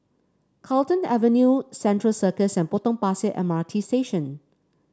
Carlton Avenue Central Circus and Potong Pasir M R T Station